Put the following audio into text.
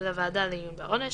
לוועדה לעיון בעונש.